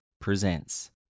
presents